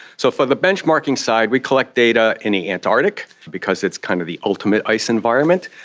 so for the benchmarking side we collect data in the antarctic because it's kind of the ultimate ice environment.